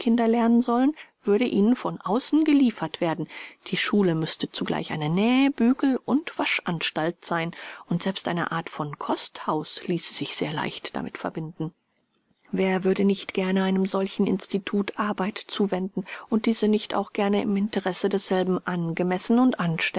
lernen sollen würde ihnen von außen geliefert werden die schule müßte zugleich eine näh bügel und waschanstalt sein und selbst eine art von kosthaus ließe sich sehr leicht damit verbinden wer würde nicht gerne einem solchen institut arbeit zuwenden und diese nicht auch gerne im interesse desselben angemessen